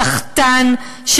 סחטן,